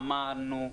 אמרנו,